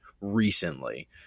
recently